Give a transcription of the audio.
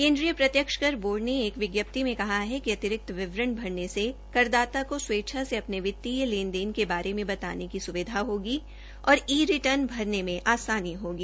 केन्द्रीय प्रत्यक्ष कर बोर्ड ने एक विज्ञप्ति में कहा है कि अतिरिक्त विवरण भरने से करदाता को स्वेच्छा से अपने वित्तीय लेन देन के बारे में बताने की सुविधा होगी और ई रिटर्न भरने में आसानी होगी